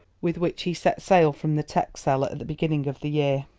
with which he set sail from the texel at the beginning of the year.